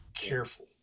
careful